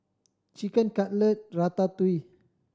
Chicken Cutlet Ratatouille